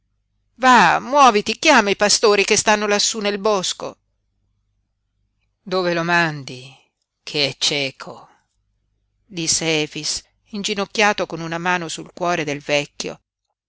scoppiò a piangere va muoviti chiama i pastori che stanno lassú nel bosco dove lo mandi che è cieco disse efix inginocchiato con una mano sul cuore del vecchio